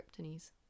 Kryptonese